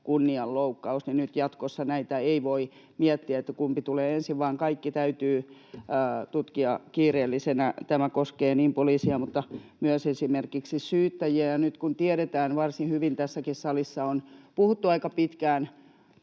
kunnianloukkaus, niin nyt jatkossa ei voi miettiä, kumpi tulee ensin, vaan kaikki täytyy tutkia kiireellisinä. Tämä koskee niin poliisia mutta myös esimerkiksi syyttäjiä. Ja nyt, kun tiedetään varsin hyvin ja tässäkin salissa on puhuttu aika pitkään